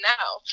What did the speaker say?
now